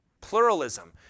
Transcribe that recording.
Pluralism